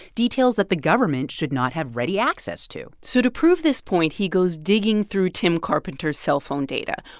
details that the government should not have ready access to so to prove this point, he goes digging through tim carpenter's cellphone data.